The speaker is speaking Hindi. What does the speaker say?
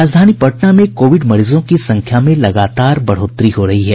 राजधानी पटना में कोविड मरीजों की संख्या में लगातार बढ़ोतरी हो रही है